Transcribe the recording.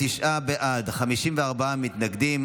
49 בעד, 54 מתנגדים.